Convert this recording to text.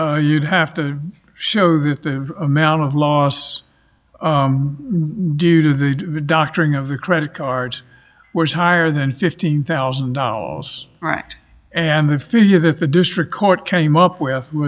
four you'd have to show that the amount of loss may do to the doctoring of the credit card was higher than fifteen thousand dollars right and the figure that the district court came up with w